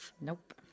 Nope